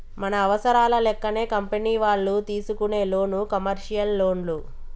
మన అవసరాల లెక్కనే కంపెనీ వాళ్ళు తీసుకునే లోను కమర్షియల్ లోన్లు